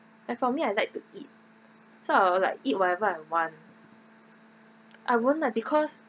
and for me I like to eat so I'll like eat whatever I want I won't lah because